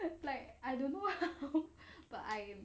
that's like I don't know but I am